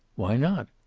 why not?